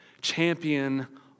champion